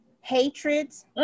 Hatreds